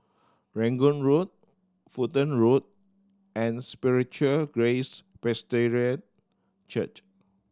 Rangoon Road Fulton Road and Spiritual Grace Presbyterian Church